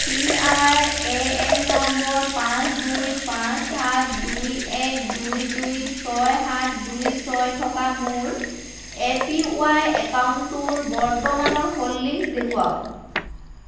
P R A N নম্বৰ পাঁচ দুই পাঁচ সাত দুই এক দুই দুই ছয় সাত দুই ছয় থকা মোৰ এ পি ওৱাই একাউণ্টটোৰ বৰ্তমানৰ হোল্ডিংছ দেখুৱাওক